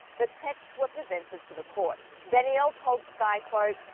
the texts were presented to the court. danielle told skai quote,